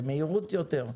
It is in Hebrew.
במהירות יותר,